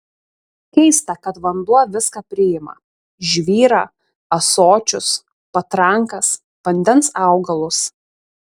keista kad vanduo viską priima žvyrą ąsočius patrankas vandens augalus